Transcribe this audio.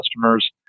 customers